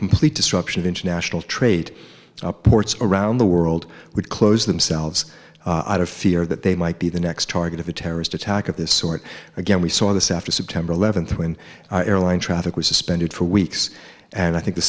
complete disruption of international trade ports around the world would close themselves out of fear that they might be the next target of a terrorist attack of this sort again we saw this after september eleventh when airline traffic was suspended for weeks and i think the